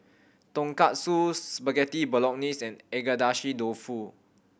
Tonkatsu Spaghetti Bolognese and Agedashi Dofu